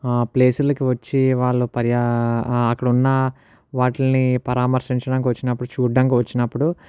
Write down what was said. ఆ ప్లేసు లకు వచ్చే వాళ్ళు పర్యా అక్కడున్న వాటిని పరామర్శించడానికి వచ్చినపుడు చూడడానికి వచ్చినపుడు